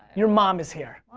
your mom is here.